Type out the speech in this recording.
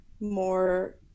more –